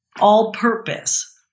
all-purpose